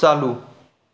चालू